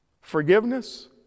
forgiveness